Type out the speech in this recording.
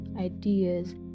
ideas